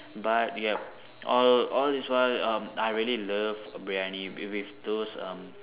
but yup all all this while um I really love Briyani with those um